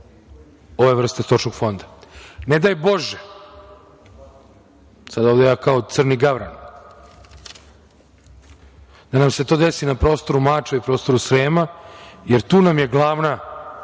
ove vrste stočnog fonda. Ne daj Bože, sada ja ovde kao crni gavran, da nam se to desi na prostoru Mačve i prostoru Srema, jer nam je tu glavni